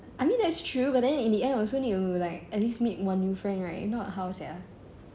I mean that's true but then in the end also need to like at least make one new friend right you don't know what how sia